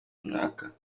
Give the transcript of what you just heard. runaka